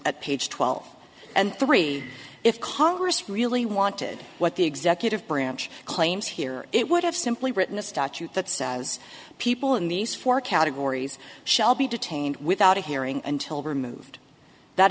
at page twelve and three if congress really wanted what the executive branch claims here it would have simply written a statute that says people in these four categories shall be detained without a hearing until